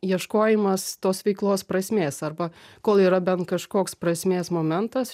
ieškojimas tos veiklos prasmės arba kol yra ben kažkoks prasmės momentas